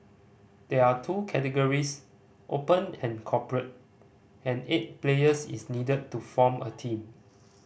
there are two categories Open and Corporate and eight players is needed to form a team